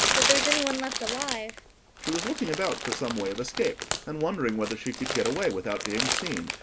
that there's any one left alive she was looking about for some way of escape, and wondering whether she could get away without being seen,